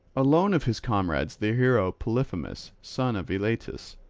alone of his comrades the hero polyphemus, son of eilatus,